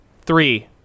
Three